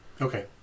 Okay